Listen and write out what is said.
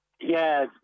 Yes